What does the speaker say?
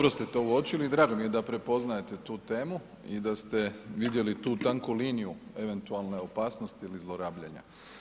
Dobro ste to uočili, drago mi je da prepoznajete tu temu i da ste vidjelu tu tanku liniju eventualne opasnosti ili zlorabljenja.